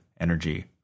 energy